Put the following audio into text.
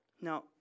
Now